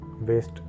waste